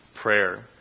prayer